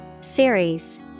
Series